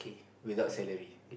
without salary